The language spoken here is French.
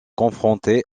confronté